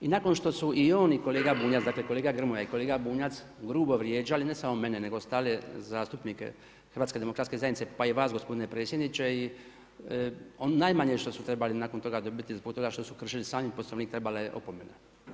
I nakon što su i on i kolega Bunjac, dakle, kolega Grmoja i kolega Bunjac, grubo vrijeđali, ne samo mene, nego i ostale zastupnike HDZ-a pa i vas gospodine predsjedniče i najmanje što su trebali nakon toga dobiti, zbog toga što su kršili sami Poslovnik trebala je opomena.